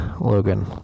Logan